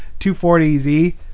240Z